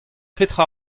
petra